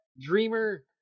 Dreamer